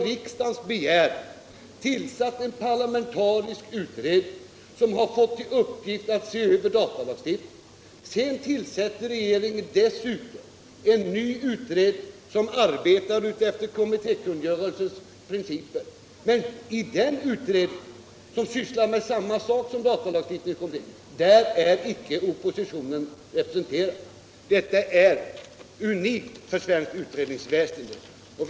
Riksdagen har begärt och tillsatt en parlamentarisk utredning som fått i uppgift att se över datalagstiftningen. Sedan tillsätter regeringen en ny utredning som arbetar efter kommittékungörelsens principer och som sysslar med samma sak som datalagstiftningskommittén. Men i den utredningen är icke oppositionen representerad! Detta är unikt för svenskt utredningsväsende.